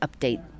update